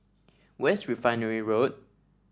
where is Refinery Road